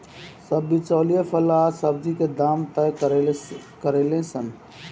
सब बिचौलिया फल आ सब्जी के दाम तय करेले सन